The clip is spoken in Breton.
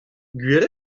gwir